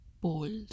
bold